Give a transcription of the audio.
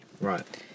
Right